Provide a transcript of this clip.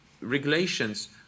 regulations